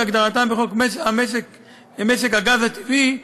כהגדרתם בחוק משק הגז הטבעי,